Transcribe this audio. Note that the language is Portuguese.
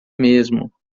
mesmo